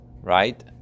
right